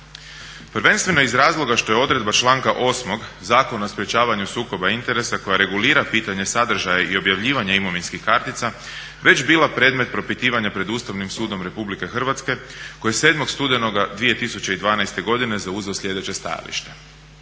prvenstveno iz razloga što je odredba članka 8. Zakona o sprječavanju sukoba interesa koja regulira pitanje sadržaja i objavljivanje imovinskih kartica već bila predmet propitivanja pred Ustavnim sudom RH koji je 7.studenoga 2012.godine zauzeo slijedeće stajališta